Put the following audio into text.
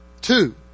Two